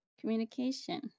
Communication